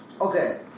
Okay